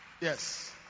Yes